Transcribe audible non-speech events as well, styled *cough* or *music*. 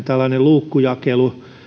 *unintelligible* tällainen luukkujakelu